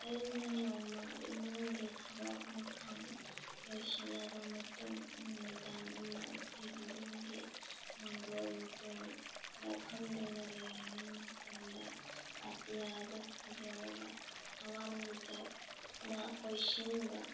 ꯑꯩꯅ ꯅꯣꯡꯃ ꯏꯃꯨꯡꯒꯤ ꯊꯕꯛ ꯏꯟꯈꯥꯡ ꯂꯣꯏꯁꯤꯜꯂꯕ ꯃꯇꯨꯡ ꯅꯨꯃꯤꯗꯥꯡ ꯑꯃ ꯑꯩꯈꯣꯏꯒꯤ ꯌꯨꯝꯒꯤ ꯃꯥꯡꯒꯣꯜ ꯃꯇꯣꯟꯗ ꯐꯝꯗꯨꯅ ꯂꯩꯔꯤꯉꯩ ꯃꯇꯝꯗ ꯑꯇꯤꯌꯥꯗ ꯐꯖꯔꯕ ꯊꯥꯋꯥꯟꯃꯤꯆꯥꯛꯅ ꯀꯣꯏꯁꯤꯟꯕ